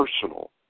personal